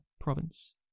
province